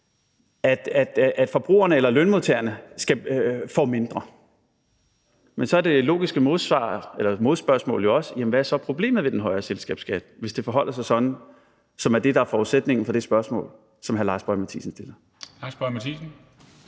at forbrugerne eller lønmodtagerne får mindre. Men så er det logiske modspørgsmål jo også: Jamen hvad er så problemet ved den højere selskabsskat, hvis det forholder sig sådan, som er forudsætningen for det spørgsmål, som hr. Lars Boje Mathiesen stiller? Kl.